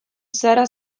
zara